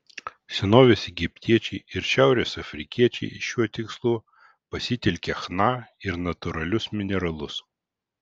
senovės egiptiečiai ir šiaurės afrikiečiai šiuo tikslu pasitelkė chna ir natūralius mineralus